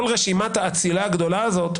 כל רשימת האצילה הגדולה הזאת,